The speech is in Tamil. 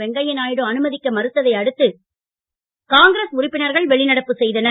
வெங்கையா நாயுடு அனுமதிக்க மறுத்ததை அடுத்து காங்கிரஸ் உறுப்பினர்கள் வெளிநடப்பு செய்தனர்